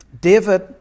David